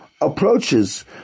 approaches